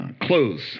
clothes